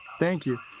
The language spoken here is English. thank you.